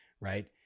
right